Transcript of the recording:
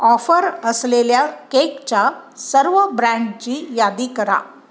offer असलेल्या केकच्या सर्व ब्रँडची यादी करा